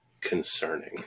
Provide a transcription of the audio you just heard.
concerning